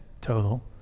total